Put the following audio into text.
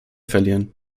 verlieren